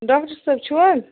doctor صٲب چھُو حظ